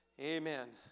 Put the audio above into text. Amen